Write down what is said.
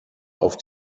auf